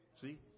See